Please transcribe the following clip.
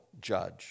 judge